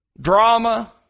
drama